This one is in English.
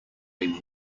when